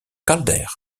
calder